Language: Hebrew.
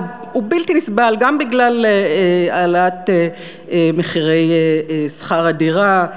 הוא בלתי נסבל, גם בגלל העלאת מחירי שכר הדירה.